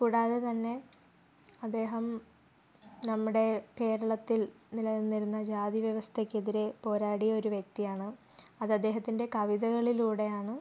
കൂടാതെ തന്നെ അദ്ദേഹം നമ്മുടെ കേരളത്തിൽ നിലനിന്നിരുന്ന ജാതി വ്യവസ്ഥക്കെതിരെ പോരാടിയ ഒരു വ്യക്തിയാണ് അത് അദ്ദേഹത്തിൻ്റെ കവിതകളിലൂടെയാണ്